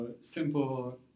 simple